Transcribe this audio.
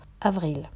avril